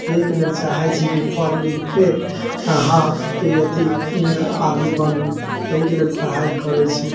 एहिके लेल चाहै छी की पढ़ लिखके अहाँके अथी हँ आर्मी बनू एहिके लेल पढ़ाइ करै छी